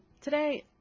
Today